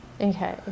Okay